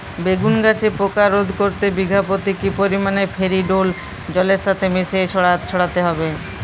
বেগুন গাছে পোকা রোধ করতে বিঘা পতি কি পরিমাণে ফেরিডোল জলের সাথে মিশিয়ে ছড়াতে হবে?